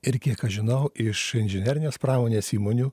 ir kiek aš žinau iš inžinerinės pramonės įmonių